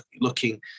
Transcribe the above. looking